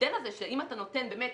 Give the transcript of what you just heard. ההבדל הזה שאם אתה נותן באמת